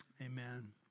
Amen